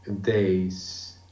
days